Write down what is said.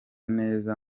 neza